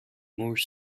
more